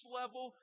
level